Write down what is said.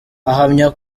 ahamya